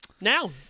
now